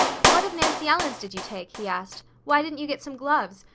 what of nancy ellen's did you take? he asked. why didn't you get some gloves?